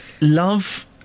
love